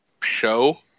show